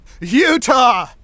Utah